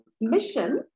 mission